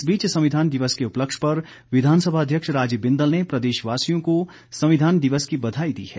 इस बीच संविधान दिवस के उपलक्ष्य पर विधानसभा अध्यक्ष राजीव बिंदल ने प्रदेशवासियों को संविधान दिवस की बधाई दी है